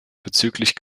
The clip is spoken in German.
bezüglich